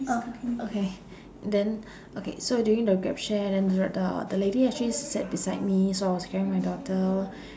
oh okay then okay so during the grab share then t~ uh the lady actually sat beside me so I was carrying my daughter